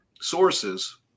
sources